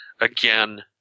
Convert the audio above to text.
again